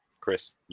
chris